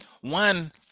one